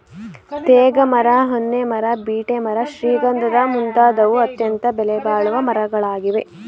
ತೇಗ ಮರ, ಹೊನ್ನೆ ಮರ, ಬೀಟೆ ಮರ ಶ್ರೀಗಂಧದ ಮುಂತಾದವು ಅತ್ಯಂತ ಬೆಲೆಬಾಳುವ ಮರಗಳಾಗಿವೆ